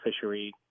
fishery